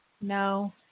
No